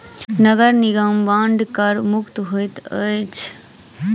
नगर निगम बांड कर मुक्त होइत अछि